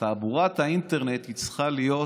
תעבורת האינטרנט צריכה להיות